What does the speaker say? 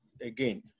again